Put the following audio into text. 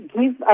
give